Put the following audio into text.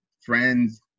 friends